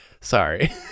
Sorry